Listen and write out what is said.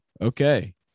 Okay